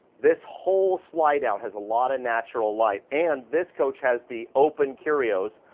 this whole slide-out has a lot of natural light and this coach has the open curios,